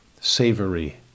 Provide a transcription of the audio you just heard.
savory